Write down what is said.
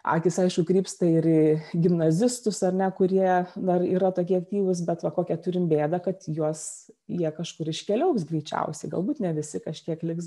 akys aišku krypsta ir į gimnazistus ar ne kurie dar yra tokie aktyvūs bet va kokią turim bėdą kad juos jie kažkur iškeliaus greičiausiai galbūt ne visi kažkiek liks